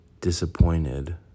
disappointed